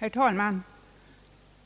nr 40.